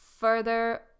further